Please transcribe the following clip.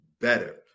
better